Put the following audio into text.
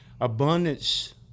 abundance